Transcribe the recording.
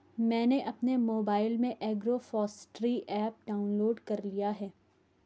मैंने अपने मोबाइल में एग्रोफॉसट्री ऐप डाउनलोड कर लिया है